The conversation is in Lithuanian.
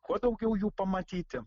kuo daugiau jų pamatyti